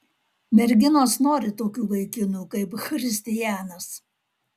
merginos nori tokių vaikinų kaip christijanas